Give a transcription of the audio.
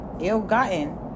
ill-gotten